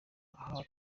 aha